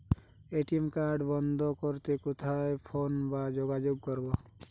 ATM card বন্ধ করতে কোথায় ফোন বা যোগাযোগ করব?